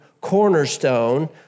cornerstone